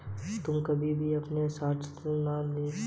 तुम अभी के लिए शॉर्ट लोन ले सकते हो